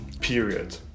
period